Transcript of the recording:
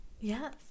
Yes